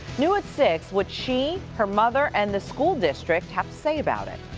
new at six what she, her mother and the school district have to say about it.